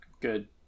good